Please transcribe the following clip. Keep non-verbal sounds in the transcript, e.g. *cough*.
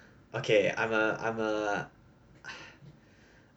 okay I'm a I'm a *breath*